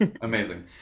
Amazing